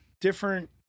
different